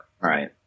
Right